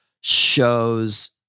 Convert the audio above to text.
shows